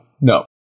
no